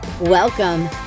Welcome